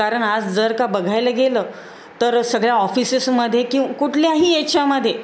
कारण आज जर का बघायला गेलं तर सगळ्या ऑफिसेसमध्ये किंवा कुठल्याही याच्यामध्ये